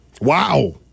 Wow